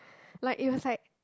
like it was like